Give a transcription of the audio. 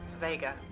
Vega